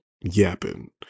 yapping